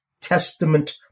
Testament